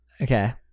Okay